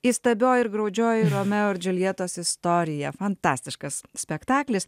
įstabioji ir graudžioji romeo ir džiuljetos istorija fantastiškas spektaklis